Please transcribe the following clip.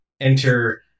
enter